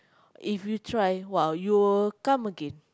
if you try !wah! you will come again